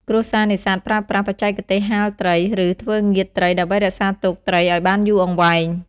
គ្រួសារនេសាទប្រើប្រាស់ បច្ចេកទេសហាលត្រី ឬ ធ្វើងៀតត្រីដើម្បីរក្សាទុកត្រីឱ្យបានយូរអង្វែង។